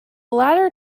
latter